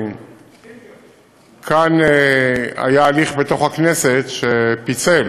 כאן היה הליך בתוך הכנסת, שפיצל